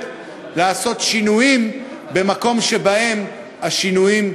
לעשות שינויים במקום שבהם השינויים נדרשים.